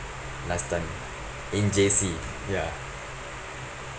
last time in J_C ya